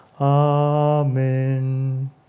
Amen